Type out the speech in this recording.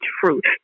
fruit